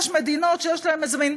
יש מדינות שיש להן איזה מין,